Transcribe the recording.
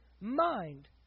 mind